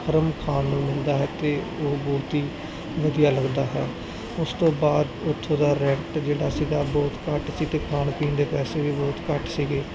ਗਰਮ ਖਾਣ ਨੂੰ ਮਿਲਦਾ ਹੈ ਤੇ ਉਹ ਬਹੁਤ ਹੀ ਵਧੀਆ ਲੱਗਦਾ ਹੈ ਉਸ ਤੋਂ ਬਾਅਦ ਉੱਥੋਂ ਦਾ ਰੈਂਟ ਜਿਹੜਾ ਸੀਗਾ ਬਹੁਤ ਘੱਟ ਸੀ ਤੇ ਖਾਣ ਪੀਣ ਦੇ ਪੈਸੇ ਵੀ ਬਹੁਤ ਘੱਟ ਸੀਗੇ